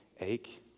ache